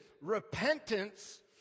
repentance